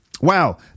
wow